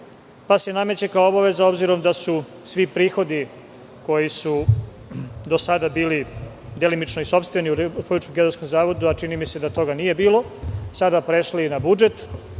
pa se nameće kao obaveza, obzirom da su svi prihodi koji su do sada bili delimično i sopstveni u Republičkom geodetskom zavodu, a čini mi se da toga nije bilo, sada prešli i na budžet,